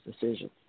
decision